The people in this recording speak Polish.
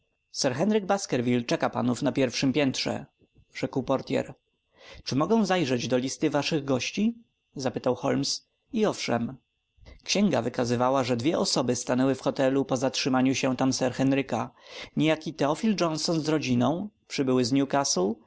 sir henryk baskerville czeka panów na pierwszem piętrze rzekł portyer czy mogę zajrzeć do listy waszych gości spytał holmes i owszem księga wykazywała że dwie osoby stanęły w hotelu po zatrzymaniu się tam sir henryka niejaki teofil johnson z rodziną przybyły z newcastle i pani